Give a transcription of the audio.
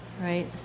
right